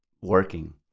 working